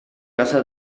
casa